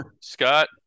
scott